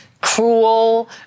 cruel